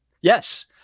Yes